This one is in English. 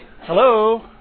Hello